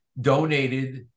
donated